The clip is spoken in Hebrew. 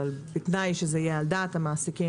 אבל בתנאי שזה יהיה על דעת המעסיקים.